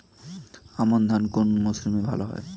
আমন ধান কোন মরশুমে ভাল হয়?